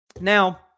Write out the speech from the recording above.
Now